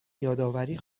یادآوری